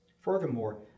Furthermore